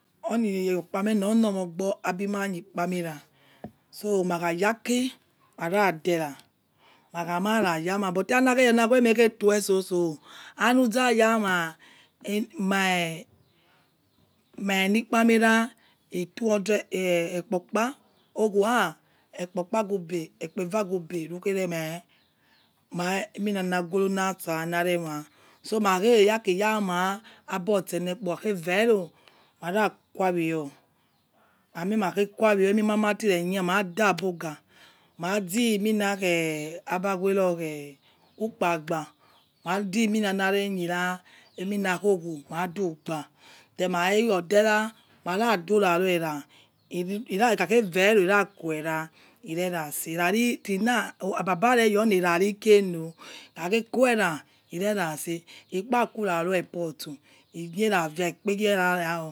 Oni̱ iyokkpamena or normeogbor abimanie ikpamera so̱ makha̱ ya̱ aki ara̱de̱ra akhama rayamah but anakheyawa emekhetu̱we̱ tsoso aniwhozayama̱ mai eni kpamerah two hundred okpa̱ okpa̱ ovwa̱ ekpa̱ evagube̱ rukje̱remai̱ emina ugoro natso na̱ rema̱ so̱ ma kha̱ ge̱ rwma̱ abotsenekpo ukha kheva̱ ero̱ maraqui awiyo amie makhkhe queiawiyo emi̱ marareyera mada aboga zi̱ emi nakhe̱ a̱bawero khe ukpagba ma̱ di̱ eminanareyerah emina khogho̱ ma̱ du̱gba̱ then ma kha̱kerurodera iradurayerah ikha̱khevaero iraquerah irareratse̱ rari̱ till na̱ abareyona̱ erarikheno ikhakhequera̱ ireratse ikpaqurayoipoty inerava ikpegirawo.